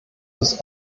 ist